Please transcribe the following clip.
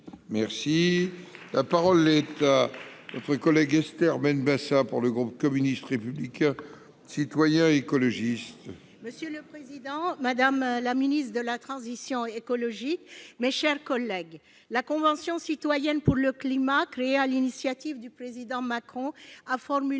pays. La parole est à Mme Esther Benbassa, pour le groupe communiste républicain citoyen et écologiste. Monsieur le président, madame la ministre de la transition écologique, mes chers collègues, la Convention citoyenne pour le climat, créée sur l'initiative du président Macron, a formulé